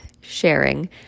sharing